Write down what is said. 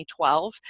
2012